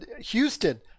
Houston